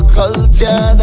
culture